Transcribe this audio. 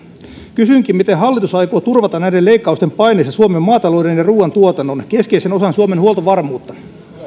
kysynkin miten hallitus aikoo turvata näiden leikkausten paineessa suomen maatalouden ja ruuantuotannon keskeisen osan suomen huoltovarmuutta